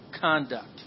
conduct